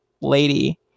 lady